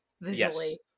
visually